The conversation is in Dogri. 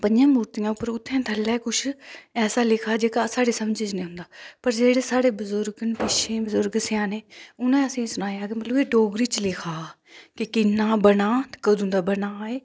पंजें मूर्तियां पर उत्थै पैहले कुछ ऐसा लिखा जेहका साढ़े समझ च नी आंदा पर जेह्ड़े साढ़े बुजुर्ग न पिच्छे बुजुर्ग स्याने उनें असेंगी सनाया के मतलब एह् डोगरी च लिखा के किन्ना बना ते कदूं दा बना एह्